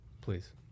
Please